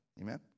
Amen